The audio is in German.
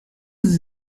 sie